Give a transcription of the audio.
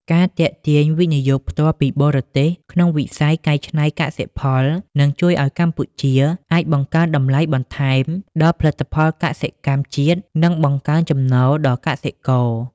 ការទាក់ទាញ វិនិយោគផ្ទាល់ពីបរទេស ក្នុងវិស័យកែច្នៃកសិផល នឹងជួយឱ្យកម្ពុជាអាចបង្កើនតម្លៃបន្ថែមដល់ផលិតផលកសិកម្មជាតិ និងបង្កើនចំណូលដល់កសិករ។